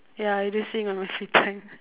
ya I do sing on my free time